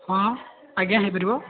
ହଁ ଆଜ୍ଞା ହେଇପାରିବ